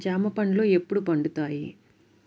జామ పండ్లు ఎప్పుడు పండుతాయి?